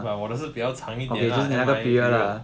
我的是比较长一点 lah